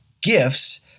gifts